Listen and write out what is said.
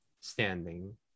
standing